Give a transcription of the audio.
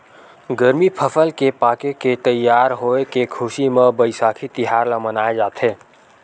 गरमी फसल के पाके के तइयार होए के खुसी म बइसाखी तिहार ल मनाए जाथे